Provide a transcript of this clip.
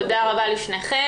תודה רבה לשניכם.